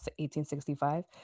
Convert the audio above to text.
1865